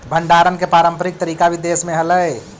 भण्डारण के पारम्परिक तरीका भी देश में हलइ